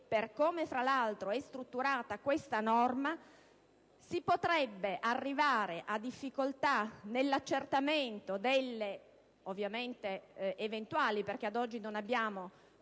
per come, fra l'altro, è strutturata questa norma si potrebbe arrivare a difficoltà nell'accertamento delle eventuali (perché ad oggi non esistono